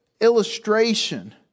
illustration